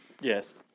Yes